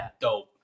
dope